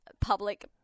public